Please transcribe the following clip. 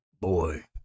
Boy